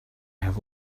have